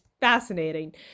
fascinating